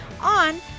on